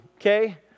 Okay